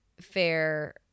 fair